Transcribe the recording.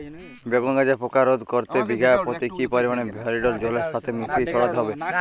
বেগুন গাছে পোকা রোধ করতে বিঘা পতি কি পরিমাণে ফেরিডোল জলের সাথে মিশিয়ে ছড়াতে হবে?